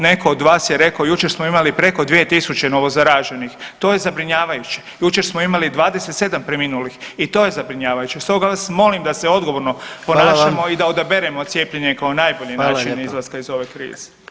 Neko od vas je rekao jučer smo imali preko 2000 novo zaraženi, to je zabrinjavajuće, jučer smo imali 27 preminulih i to je zabrinjavajuće, stoga vas molim da se odgovorno ponašamo [[Upadica predsjednik: Hvala vam.]] i da odaberemo cijepljenje kao najbolji način izlaska iz ove krize.